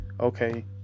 okay